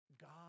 God